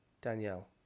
Danielle